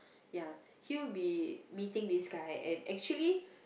ya he will be meeting this guy and actually